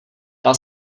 dal